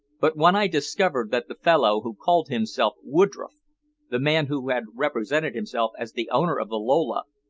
but when i discovered that the fellow who called himself woodroffe the man who had represented himself as the owner of the lola,